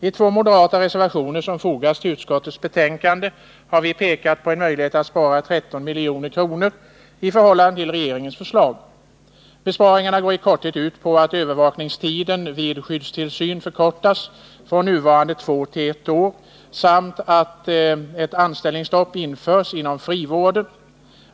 I två moderata reservationer som fogats till utskottets betänkande har vi pekat på en möjlighet att spara 13 milj.kr. i förhållande till regeringens förslag. Besparingarna går i korthet ut på att övervakningstiden vid skyddstillsyn förkortas från nuvarande två år till ett år samt att ett anställningsstopp införs inom frivården.